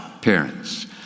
parents